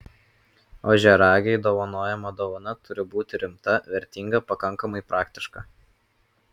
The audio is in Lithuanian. ožiaragiui dovanojama dovana turi būti rimta vertinga pakankamai praktiška